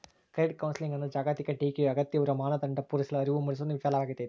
credit ಕೌನ್ಸೆಲಿಂಗ್ನ ಜಾಗತಿಕ ಟೀಕೆಯು ಅಗತ್ಯವಿರುವ ಮಾನದಂಡ ಪೂರೈಸಲು ಅರಿವು ಮೂಡಿಸಲು ವಿಫಲವಾಗೈತಿ